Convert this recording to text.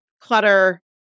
clutter